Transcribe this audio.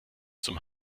zum